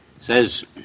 says